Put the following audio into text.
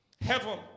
Heaven